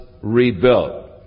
rebuilt